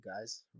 guys